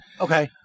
Okay